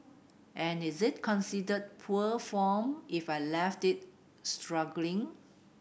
and is it considered poor form if I left it struggling